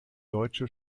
deutsche